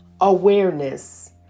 Awareness